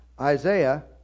Isaiah